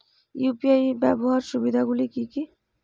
UPI ব্যাবহার সুবিধাগুলি কি কি?